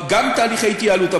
גם תהליכי ההתייעלות,